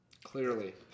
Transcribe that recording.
Clearly